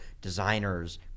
designers